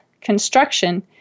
construction